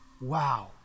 Wow